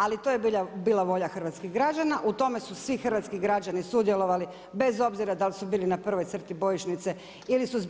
Ali to je bila volja hrvatskih građana, u tome su svi hrvatski građani sudjelovali, bez obzira dal su bili na prvoj crti bojišnice ili su